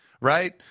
right